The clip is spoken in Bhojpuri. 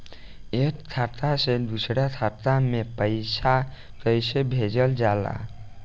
एक खाता से दूसरा खाता में पैसा कइसे भेजल जाला?